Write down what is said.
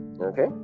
Okay